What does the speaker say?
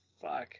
fuck